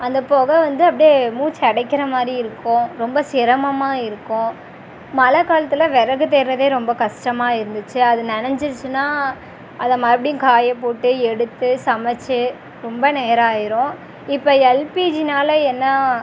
அந்த பொகை வந்து அப்டி மூச்சு அடைக்கிறமாதிரி இருக்கும் ரொம்ப சிரமமாக இருக்கும் மழைக் காலத்தில் விறகு தேடுறதே ரொம்ப கஷ்டமாக இருந்துச்சு அது நினஞ்சிருச்சின்னா அதை மறுபடியும் காய போட்டு எடுத்து சமைத்து ரொம்ப நேரம் ஆயிடும் இப்போ எல்பிஜினால் என்ன